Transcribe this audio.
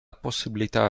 possibilità